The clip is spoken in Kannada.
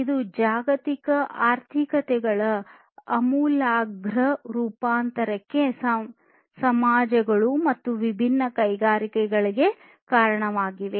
ಇದು ಜಾಗತಿಕ ಆರ್ಥಿಕತೆಗಳ ಆಮೂಲಾಗ್ರ ರೂಪಾಂತರಕ್ಕೆ ಸಮಾಜಗಳು ಮತ್ತು ವಿಭಿನ್ನ ಕೈಗಾರಿಕೆಗಳಿಗೆ ಕಾರಣವಾಗಿದೆ